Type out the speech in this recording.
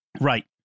Right